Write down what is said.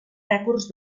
rècords